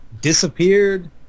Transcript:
disappeared